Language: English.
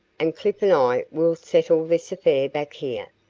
and clif and i will settle this affair back here,